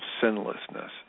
Sinlessness